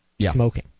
smoking